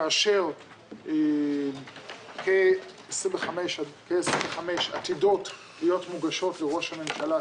כאשר כ-25 עתידות להיות מוגשות לראש הממשלה,